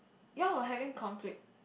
you all were having conflict